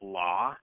law